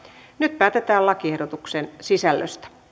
nyt päätetään lakiehdotuksen sisällöstä